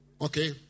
Okay